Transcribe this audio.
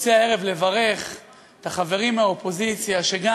רוצה הערב לברך את החברים מהאופוזיציה שגם גם